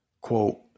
quote